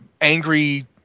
angry